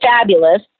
fabulous